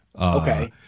Okay